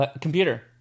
Computer